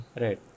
Right